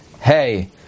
hey